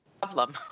problem